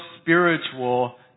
spiritual